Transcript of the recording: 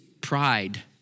pride